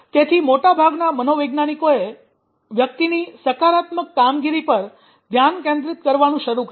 તેથી મોટાભાગના મનોવૈજ્ઞાનિકોએ વ્યક્તિની સકારાત્મક કામગીરી પર ધ્યાન કેન્દ્રિત કરવાનું શરૂ કર્યું